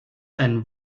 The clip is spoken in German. ein